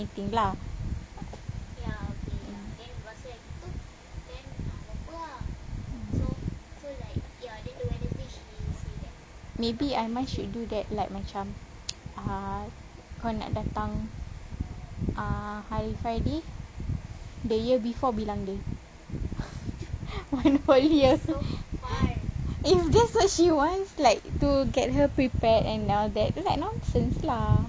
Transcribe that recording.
lah maybe aiman should do that like macam ah kau nak datang ah hari friday the year before bilang dia one whole year is just what she want like to get her prepared and all that all that nonsense lah